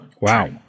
Wow